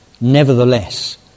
nevertheless